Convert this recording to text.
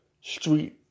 street